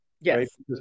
Yes